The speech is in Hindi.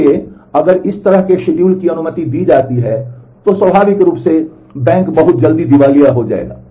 इसलिए अगर इस तरह के शेड्यूल की अनुमति दी जाती है तो स्वाभाविक रूप से बैंक बहुत जल्द दिवालिया हो जाएगा